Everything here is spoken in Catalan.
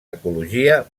ecologia